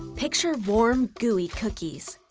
picture warm, gooey cookies,